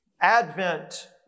Advent